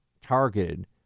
targeted